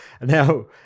Now